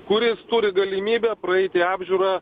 kuris turi galimybę praeiti apžiūrą